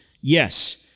Yes